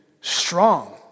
strong